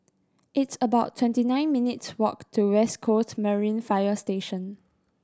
it's about twenty nine minutes' walk to West Coast Marine Fire Station